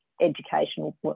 educational